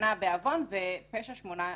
שנה בעוון ובפשע 18 חודשים.